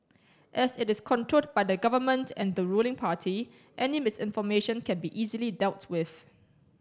as it is controlled by the Government and the ruling party any misinformation can be easily dealt with